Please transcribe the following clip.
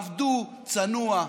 עבדו צנוע,